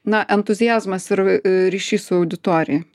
na entuziazmas ir ryšys su auditorija